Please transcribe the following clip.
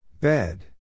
Bed